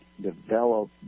develop